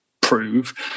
prove